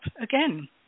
again